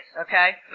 okay